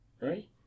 right